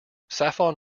saffron